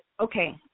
Okay